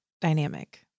dynamic